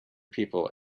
people